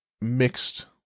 mixed